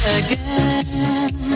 again